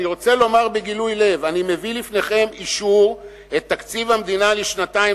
"אני מביא לפניכם לאישור את תקציב המדינה לשנתיים,